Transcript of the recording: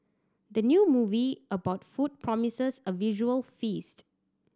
the new movie about food promises a visual feast